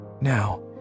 now